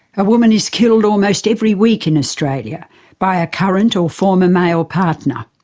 a woman is killed almost every week in australia by a current or former male partner.